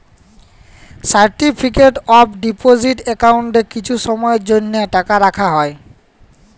certificate of deposit একাউল্টে কিছু সময়ের জ্যনহে টাকা রাখা হ্যয়